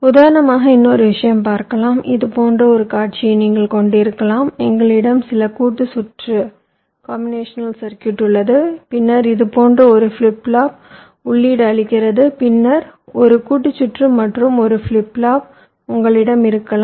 உதாரணமாக இன்னொரு விஷயத்தையும் பார்க்கலாம் இது போன்ற ஒரு காட்சியை நீங்கள் கொண்டிருக்கலாம் எங்களிடம் சில கூட்டு சுற்று உள்ளது பின்னர் இது போன்ற ஒரு ஃபிளிப் ஃப்ளாப் உள்ளீடு அளிக்கிறது பின்னர் ஒரு கூட்டு சுற்று மற்றும் ஒரு ஃபிளிப் ஃப்ளாப் உங்களிடம் இருக்கலாம்